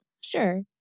Sure